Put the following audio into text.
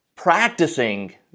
practicing